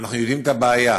אנחנו יודעים את הבעיה,